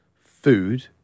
food